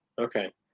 Okay